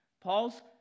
Paul's